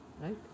Right